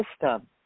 system